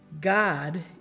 God